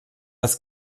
das